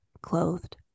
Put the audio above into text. clothed